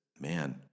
man